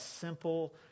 simple